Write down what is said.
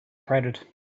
crowded